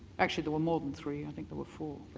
actually there were more than three, i think there were four.